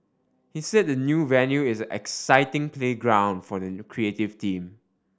he said the new venue is an exciting playground for the creative team